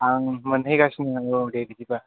आं मोनहैगासिनो औ दे बिदिब्ला